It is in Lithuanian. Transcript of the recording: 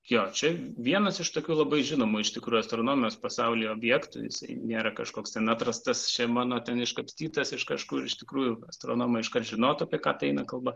jo čia vienas iš tokių labai žinomų iš tikrųjų astronomijos pasaulyje objektų jisai nėra kažkoks ten atrastas čia mano ten iškapstytas iš kažkur iš tikrųjų astronomai iškart žinotų apie ką tai eina kalba